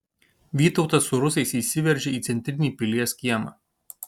vytautas su rusais įsiveržia į centrinį pilies kiemą